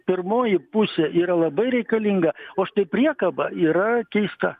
pirmoji pusė yra labai reikalinga o štai priekaba yra keista